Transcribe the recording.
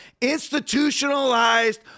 institutionalized